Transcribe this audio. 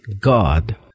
God